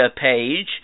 page